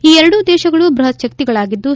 ಈ ಎರಡೂ ದೇಶಗಳು ಬೃಹತ್ ಶಕ್ತಿಗಳಾಗಿದ್ದು